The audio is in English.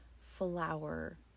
flower